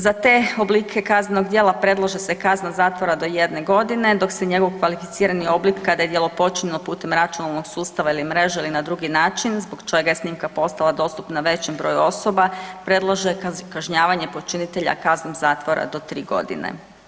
Za te oblike kaznenog djela predlaže se kazna zatvora do 1 godine, dok se njegov kvalificirani oblik, kada je djelo počinjeno putem računalnog sustava ili mreže ili na drugi način, zbog čega je snimka postala dostupna većem broju osoba, predlaže kažnjavanje počinitelja kaznom zatvora do 3 godine.